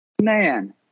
man